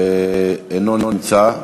אינו נמצא.